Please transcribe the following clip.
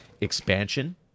expansion